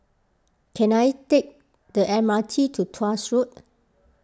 can I take the M R T to Tuas Road